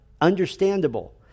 understandable